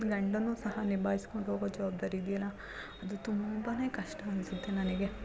ಗಂಡನ್ನೂ ಸಹ ನಿಭಾಯಿಸ್ಕೊಂಡು ಹೋಗೋ ಜವಾಬ್ದಾರಿ ಇದೆಯಲ್ಲ ಅದು ತುಂಬ ಕಷ್ಟ ಅನಿಸುತ್ತೆ ನನಗೆ